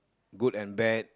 good and bad